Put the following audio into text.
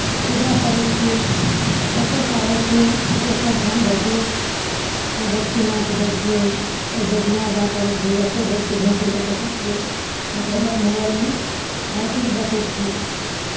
पूजा करै छियै ओतयसँ आबै छियै कुशेश्वर स्थान जाइ छियै बासुकीनाथ जाइ छियै अयोध्या जाय पड़ैत छै ओतय जाइ छियै घुमि फिरि कऽ देखै छियै मतलब उएह मोबाइलमे हर चीज देखै छियै